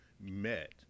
met